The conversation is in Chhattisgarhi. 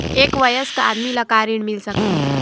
एक वयस्क आदमी ला का ऋण मिल सकथे?